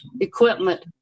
equipment